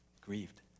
grieved